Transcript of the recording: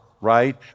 right